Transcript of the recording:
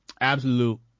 Absolute